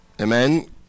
Amen